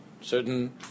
certain